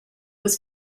was